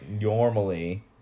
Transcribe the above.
normally